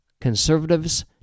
Conservatives